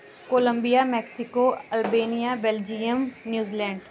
Columbia Mexico Albania Belgium New Zealand